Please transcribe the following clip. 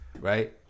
right